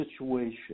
situation